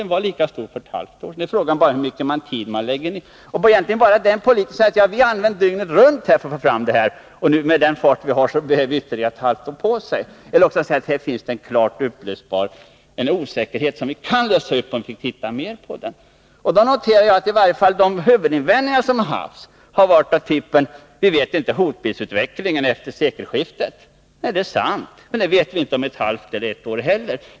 Men jag kan notera att i varje fall de huvudinvändningar som har rests mot ett beslut nu har varit av den typen att vi inte vet hotbildsutvecklingen efter sekelskiftet. Det är sant — men det vet vi inte om ett halvt eller ett år heller.